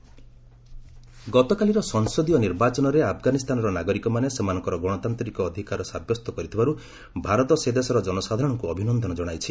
ଆଫଗାନି polls ଗତକାଲିର ସଂସଦୀୟ ନିର୍ବାଚନରେ ଆଫଗାନିସ୍ତାନର ନାଗରିକମାନେ ସେମାନଙ୍କର ଗଣତାନ୍ତିକ ଅଧିକାରୀ ସାବ୍ୟସ୍ତ କରିଥିବାର୍ ଭାରତ ସେ ଦେଶର ଜନସାଧାରଣଙ୍କୁ ଅଭିନନ୍ଦନ ଜଣାଇଛି